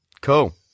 Cool